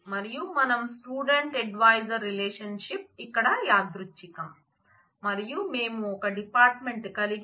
మరియు మనం student advisor relationship ఇక్కడ యాదృచ్ఛికం మరియు మేము ఒక డిపార్ట్మెంట్ కలిగి